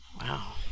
Wow